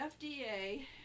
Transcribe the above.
FDA